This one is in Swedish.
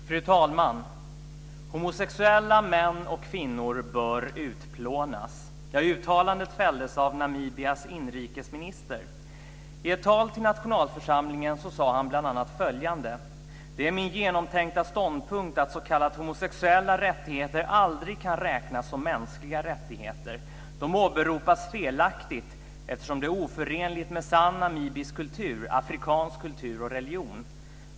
Fru talman! Homosexuella män och kvinnor bör utplånas. Det uttalandet fälldes av Namibias inrikesminister. I ett tal till nationalförsamlingen sade han bl.a. Det är min genomtänkta ståndpunkt att s.k. homosexuella rättigheter aldrig kan räknas som mänskliga rättigheter. De åberopas felaktigt, eftersom det är oförenligt med sann namibisk kultur, afrikansk kultur och religion.